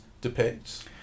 depicts